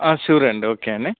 sure అండి okay అండి